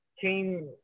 came